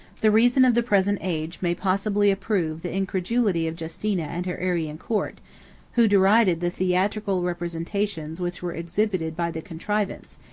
the reason of the present age may possibly approve the incredulity of justina and her arian court who derided the theatrical representations which were exhibited by the contrivance,